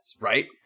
right